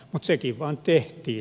mutta sekin vain tehtiin